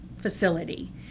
facility